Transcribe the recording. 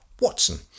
Watson